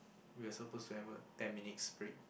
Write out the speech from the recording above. we are supposed to have a ten minutes break